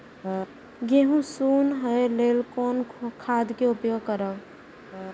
गेहूँ सुन होय लेल कोन खाद के उपयोग करब?